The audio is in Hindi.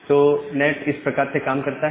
तो नैट इस प्रकार से काम करता है